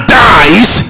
dies